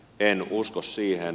en usko siihen